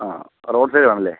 ആ road side വേണമല്ലേ